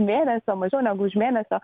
mėnesio mažiau negu už mėnesio